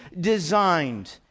designed